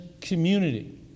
community